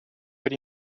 per